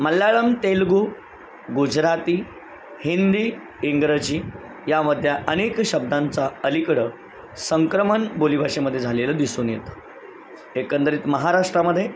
मल्याळम तेलगू गुजराती हिंदी इंग्रजी यामधल्या अनेक शब्दांचा अलीकडं संक्रमण बोलीभाषेमध्ये झालेलं दिसून येतं एकंदरीत महाराष्ट्रामध्ये